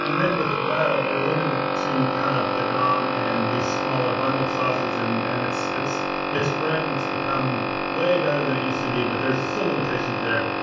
then with web, you're limited to kind of the dom and the smaller bundle sizes and and it's it's great and it's become way better than it used to be, but there are still limitations there.